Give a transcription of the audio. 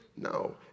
No